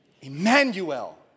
Emmanuel